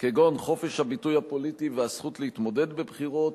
כגון חופש הביטוי הפוליטי והזכות להתמודד בבחירות